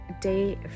day